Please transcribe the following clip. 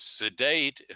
sedate